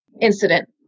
incident